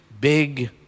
big